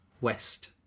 West